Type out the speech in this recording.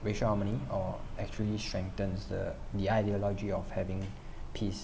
racial harmony or actually strengthens the ideology of having peace